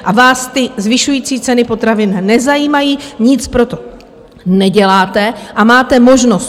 A vás ty zvyšující se ceny potravin nezajímají, nic pro to neděláte, a máte možnost.